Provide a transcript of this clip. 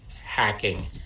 hacking